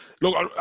look